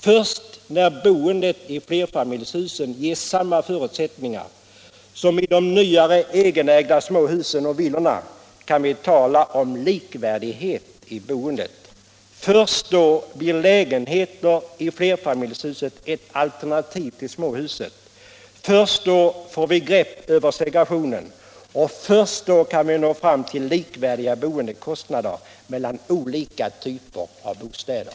Först när boendet i flerfamiljshusen ges samma förutsättningar som i de nyare egenägda småhusen och villorna kan vi tala om likvärdighet i boende. Först då blir lägenheten i flerfamiljshuset ett alternativ till småhuset. Först då får vi grepp över segrationen, och först då kan vi nå fram till likvärdiga boendekostnader mellan olika typer av bostäder.